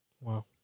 Wow